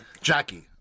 Jackie